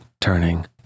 turning